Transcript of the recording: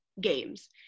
games